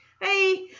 hey